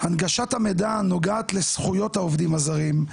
הנגשת המידע הנוגעת לזכויות העובדים הזרים,